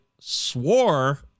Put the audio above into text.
swore